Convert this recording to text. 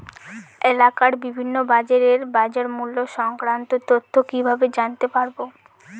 এলাকার বিভিন্ন বাজারের বাজারমূল্য সংক্রান্ত তথ্য কিভাবে জানতে পারব?